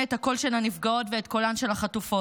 את הקול של הנפגעות ואת קולן של החטופות